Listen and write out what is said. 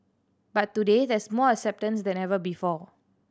but today there's more acceptance than ever before